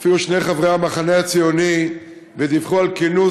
הופיעו שני חברי המחנה הציוני ודיווחו על כינוס